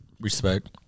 respect